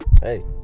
hey